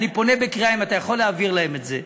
אני פונה בקריאה, אם אתה יכול להעביר להם את זה,